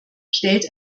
stellt